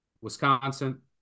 Wisconsin